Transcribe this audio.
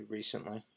recently